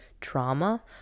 trauma